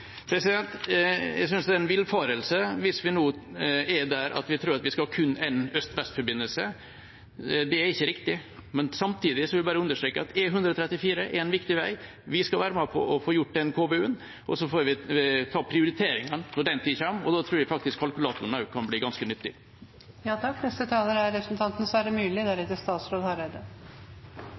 Jeg synes det er en villfarelse hvis vi nå er der at vi tror at vi skal ha kun én øst–vest-forbindelse. Det er ikke riktig. Samtidig vil jeg bare understreke at E134 er en viktig vei. Vi skal være med og få gjort den KVU-en. Så får vi ta prioriteringene når den tid kommer, og da tror jeg faktisk også kalkulatoren kan bli ganske nyttig.